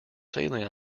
sailing